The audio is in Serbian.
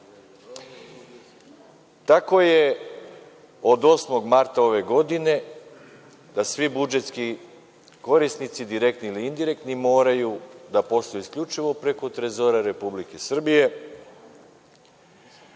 Tako da od 8. marta ove godine svi budžetski korisnici, direktni ili indirektni, moraju da posluju isključivo preko Trezora Republike Srbije,